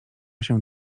się